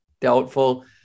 Doubtful